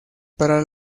para